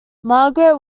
margaret